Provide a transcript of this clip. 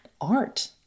art